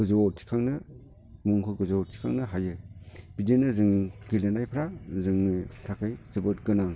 गोजौआव थिखांनो मुंखौ गोजौआव थिखांनो हायो बिदिनो जों गेलेनायफ्रा जोंनि थाखै जोबोद गोनां